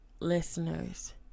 listeners